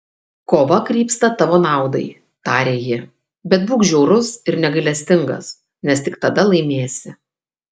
kova krypsta tavo naudai tarė ji bet būk žiaurus ir negailestingas nes tik tada laimėsi